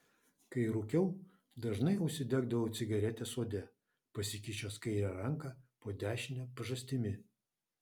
kai rūkiau dažnai užsidegdavau cigaretę sode pasikišęs kairę ranką po dešine pažastimi